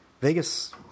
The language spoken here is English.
Vegas